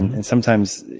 and sometimes,